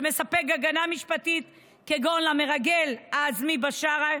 שמספק הגנה משפטית כגון למרגל עזמי בשארה,